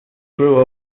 grew